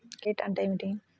Credit అంటే ఏమిటి?